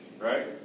Right